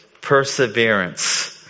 perseverance